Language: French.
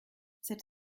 cet